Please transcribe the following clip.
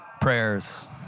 prayers